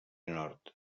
nord